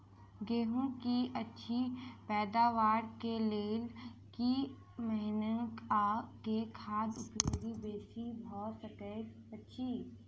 गेंहूँ की अछि पैदावार केँ लेल केँ महीना आ केँ खाद उपयोगी बेसी भऽ सकैत अछि?